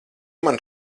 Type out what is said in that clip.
man